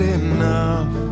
enough